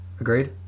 Agreed